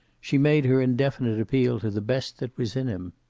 she made her indefinite appeal to the best that was in him.